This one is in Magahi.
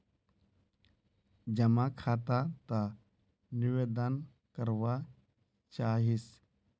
जमा खाता त निवेदन करवा चाहीस?